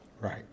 Right